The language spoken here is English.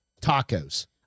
tacos